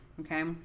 okay